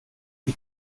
die